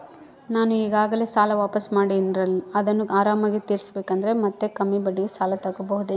ನಾನು ಈಗಾಗಲೇ ಸಾಲ ವಾಪಾಸ್ಸು ಮಾಡಿನಲ್ರಿ ಅದನ್ನು ಆರಾಮಾಗಿ ತೇರಿಸಬೇಕಂದರೆ ಮತ್ತ ಕಮ್ಮಿ ಬಡ್ಡಿಗೆ ಸಾಲ ತಗೋಬಹುದೇನ್ರಿ?